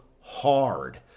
hard